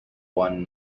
won